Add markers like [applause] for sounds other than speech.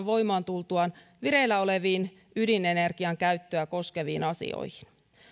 [unintelligible] voimaan tultuaan vireillä oleviin ydinenergian käyttöä koskeviin asioihin